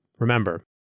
Remember